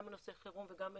גם בנושא חירום וגם בשגרה.